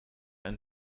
ein